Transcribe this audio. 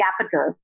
capital